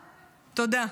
תודה.